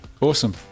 Awesome